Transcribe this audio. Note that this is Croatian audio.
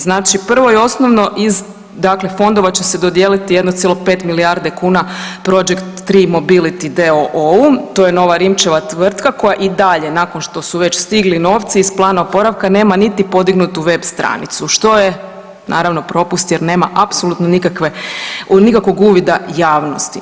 Znači, prvo i osnovno iz dakle fondova će se dodijeliti 1,5 milijarde kuna Project 3 Mobility d.o.o., to je nova Rimčeva tvrtka koja i dalje nakon što su već stigli novci iz plana oporavka nema niti podignutu web stranicu, što je naravno propust jer nema apsolutno nikakvog uvida javnosti.